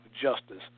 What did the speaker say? justice